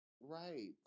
Right